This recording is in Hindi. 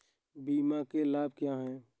बीमा के लाभ क्या हैं?